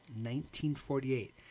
1948